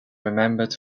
remembered